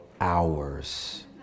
hours